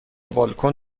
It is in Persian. بالکن